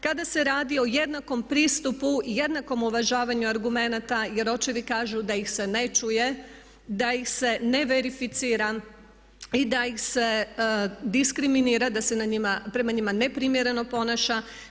Kada se radi o jednakom pristupu, jednakom uvažavanju argumenata jer očevi kažu da ih se ne čuje, da ih se ne verificira i da ih se diskriminira da se na njima, prema njima ne primjereno ponaša.